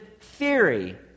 theory